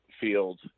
field